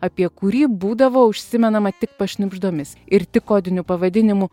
apie kurį būdavo užsimenama tik pašnibždomis ir tik kodiniu pavadinimu